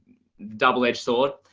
double edged sword.